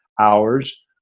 hours